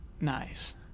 Nice